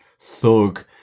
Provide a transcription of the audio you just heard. thug